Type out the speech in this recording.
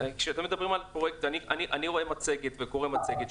כשאתם מדברים על הפרויקט אני רואה מצגת וקורא את המצגת.